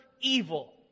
evil